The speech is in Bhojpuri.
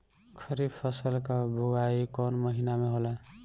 खरीफ फसल क बुवाई कौन महीना में होला?